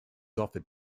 offered